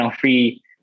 free